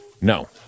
No